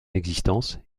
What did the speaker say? existence